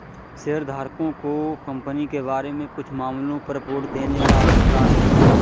शेयरधारकों को कंपनी के बारे में कुछ मामलों पर वोट देने का अधिकार है